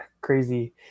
crazy